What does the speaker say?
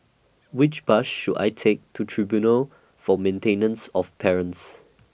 Which Bus should I Take to Tribunal For Maintenance of Parents